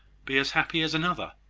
be as happy as another